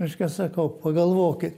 reiškia sakau pagalvokit